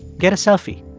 get a selfie.